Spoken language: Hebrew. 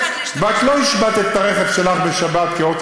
ואת לא השבתת את הרכב שלך בשבת כאות